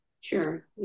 Sure